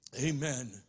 amen